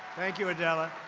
thank you, adela.